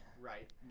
Right